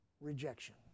rejection